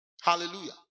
Hallelujah